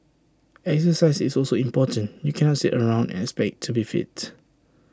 exercise is also important you cannot sit around and expect to be fit